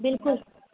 बिल्कुलु